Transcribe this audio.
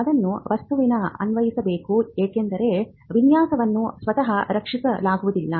ಅದನ್ನು ವಸ್ತುವಿಗೆ ಅನ್ವಯಿಸಬೇಕು ಏಕೆಂದರೆ ವಿನ್ಯಾಸವನ್ನು ಸ್ವತಃ ರಕ್ಷಿಸಲಾಗುವುದಿಲ್ಲ